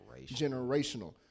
Generational